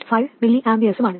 5 mA ഉം ആണ്